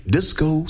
Disco